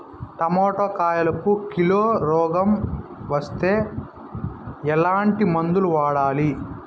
Tomato కాయలకు kilo రోగం వస్తే ఎట్లాంటి మందులు వాడాలి?